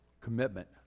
commitment